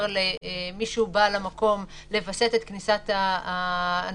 למי שהוא בעל המקום לווסת את כניסת האנשים,